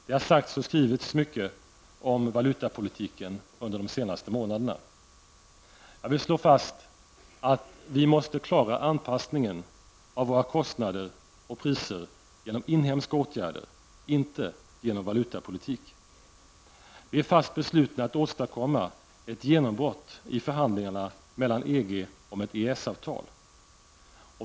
Det har sagts och skrivits mycket om valutapolitiken under de senaste månaderna. Jag vill slå fast att vi måste klara anpassningen av våra kostnader och priser genom inhemska åtgärder, inte genom valutapolitik. Vi är också fast beslutna att åstadomma ett genombrott i förhandlingarna med EG om ett EES avtal.